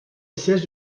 siège